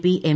P M